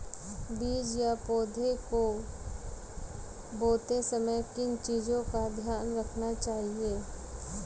बीज या पौधे को बोते समय किन चीज़ों का ध्यान रखना चाहिए?